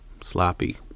sloppy